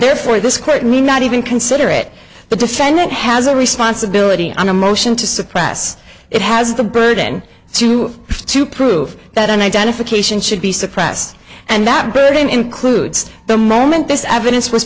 therefore this could mean not even consider it the defense it has a responsibility on a motion to suppress it has the burden to prove that an identification should be suppressed and that burden includes the moment this evidence was